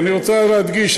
אני רוצה רק להדגיש,